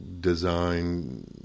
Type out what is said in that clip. design